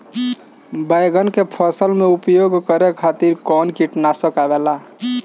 बैंगन के फसल में उपयोग करे खातिर कउन कीटनाशक आवेला?